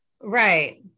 right